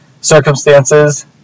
Circumstances